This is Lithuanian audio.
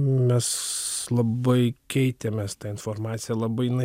mes labai keitėmės ta informacija labai jinai